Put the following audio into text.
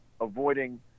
avoiding